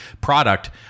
product